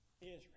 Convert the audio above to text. Israel